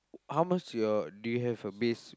how much your do you have a base